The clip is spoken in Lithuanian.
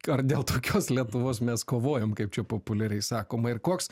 ar dėl tokios lietuvos mes kovojom kaip čia populiariai sakoma ir koks